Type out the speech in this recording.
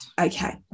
okay